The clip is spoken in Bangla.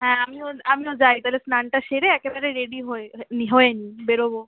হ্যাঁ আমিও আমিও যাই তাহলে স্নানটা সেরে একেবারে রেডি হয়ে নিই হয়ে নি বেরোবো